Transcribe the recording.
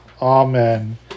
Amen